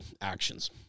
actions